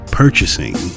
purchasing